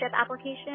application